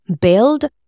build